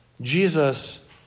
Jesus